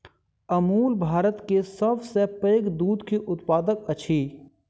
अमूल भारत के सभ सॅ पैघ दूध के उत्पादक अछि